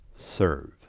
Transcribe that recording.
serve